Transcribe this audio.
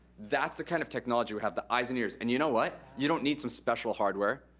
that's the kind of technology we have, the eyes and ears. and you know what? you don't need some special hardware.